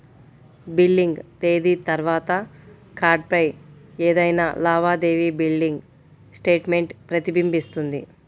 billing తేదీ తర్వాత కార్డ్పై ఏదైనా లావాదేవీ బిల్లింగ్ స్టేట్మెంట్ ప్రతిబింబిస్తుంది